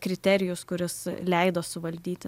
kriterijus kuris leido suvaldyti